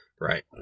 Right